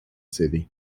city